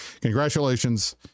congratulations